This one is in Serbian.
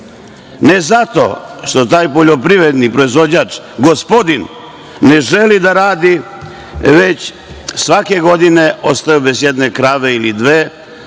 Ne zato što taj poljoprivredni proizvođač, gospodin, ne želi da radi, već je svake godine ostajao bez jedne krave, ili dve,